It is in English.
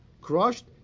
crushed